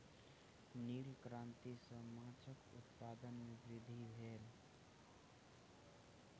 नील क्रांति सॅ माछक उत्पादन में वृद्धि भेल